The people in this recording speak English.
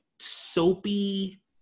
soapy